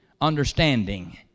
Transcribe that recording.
understanding